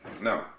no